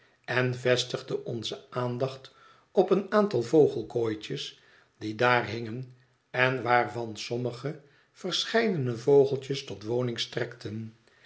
en vestigde onze aandacht op een aantal vogelkooitjes die daar hingen en waarvan sommige verscheidene vogeltjes tot woning strekten